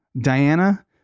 Diana